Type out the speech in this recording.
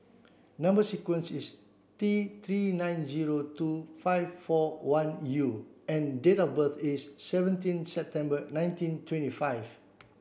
number sequence is T three nine zero two five four one U and date of birth is seventeen September nineteen twenty five